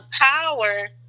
power